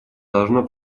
должно